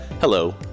Hello